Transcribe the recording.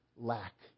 lack